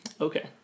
Okay